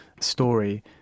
story